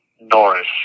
Norris